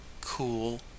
cool